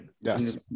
Yes